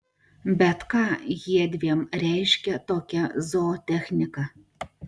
bet ką jiedviem reiškia tokia zootechnika